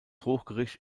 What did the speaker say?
hochgericht